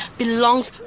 belongs